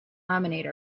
laminate